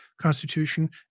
constitution